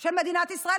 של מדינת ישראל,